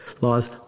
laws